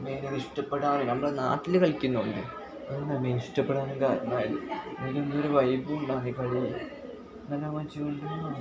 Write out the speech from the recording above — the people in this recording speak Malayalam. മേനത് ഇഷ്ടപ്പെടാൻ നമ്മുടെ നാട്ടിൽ കളിക്കുന്നതു കൊണ്ട് അത് നമ്മൾ ഇഷ്ടപ്പെടാനും കാരണം ആയത് പിന്നെ ഒരു വൈബും